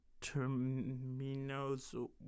Terminos